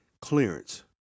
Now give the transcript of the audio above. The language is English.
clearance